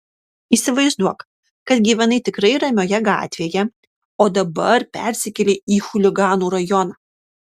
įsivaizduok kad gyvenai tikrai ramioje gatvėje o dabar persikėlei į chuliganų rajoną